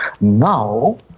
Now